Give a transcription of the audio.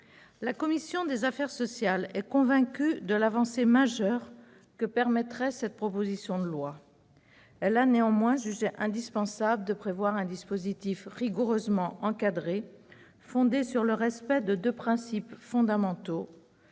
La commission des affaires sociales est convaincue de l'avancée majeure que permettrait l'adoption de cette proposition de loi. Elle a néanmoins jugé indispensable de prévoir un dispositif rigoureusement encadré, fondé sur le respect de deux principes fondamentaux